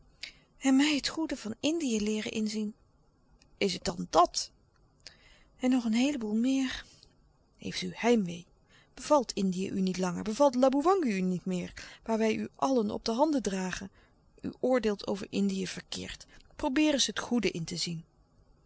en mij het goede van indië leeren inzien is het dan dàt en nog een heele boel meer heeft u heimwee bevalt indië u niet langer bevalt laboewangi u niet meer waar wij u allen op de handen dragen u oordeelt over indië verkeerd probeer eens het goede in te zien